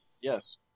Yes